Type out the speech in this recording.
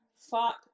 fought